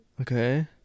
Okay